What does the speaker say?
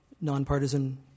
nonpartisan